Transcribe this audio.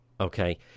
okay